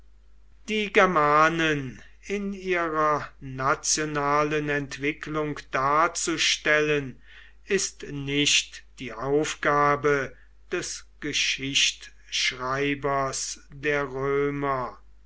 die germanen in ihrer nationalen entwicklung darzustellen ist nicht die aufgabe des geschichtschreibers der römer